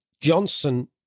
Johnson